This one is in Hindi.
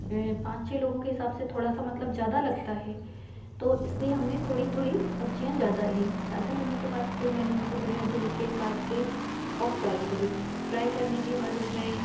पाँच छ लोगों के हिसाब से थोड़ा सा मतलब ज़्यादा लगता है तो इसलिए हमने थोड़ी थोड़ी सब्ज़ियाँ ज़्यादा लीं ज़्यादा लेने के बाद फिर मैंने उनको बढ़िया धुलके काटके और फ़्राई करी फ़्राई करने के बाद उसमें